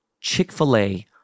Chick-fil-A